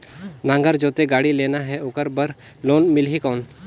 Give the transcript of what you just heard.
नागर जोते गाड़ी लेना हे ओकर बार लोन मिलही कौन?